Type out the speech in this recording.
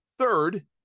Third